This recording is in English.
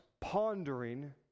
pondering